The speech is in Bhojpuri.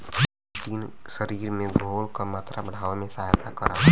चिटिन शरीर में घोल क मात्रा बढ़ावे में सहायता करला